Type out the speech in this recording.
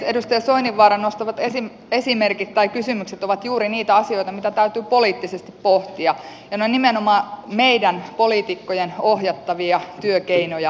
edustaja soininvaaran nostamat esimerkit tai kysymykset ovat juuri niitä asioita mitä täytyy poliittisesti pohtia ja ne ovat nimenomaan meidän poliitikkojen ohjattavia työkeinoja